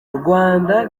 rwanda